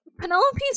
Penelope's